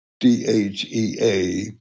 DHEA